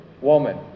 woman